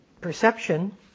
perception